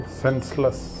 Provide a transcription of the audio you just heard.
senseless